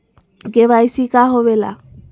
KYC का होवेला?